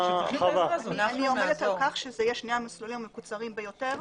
אני אומרת שאלה יהיו שני המסלולים המקוצרים ביותר.